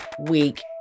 week